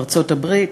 ארצות-הברית.